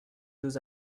deux